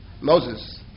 Moses